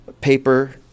paper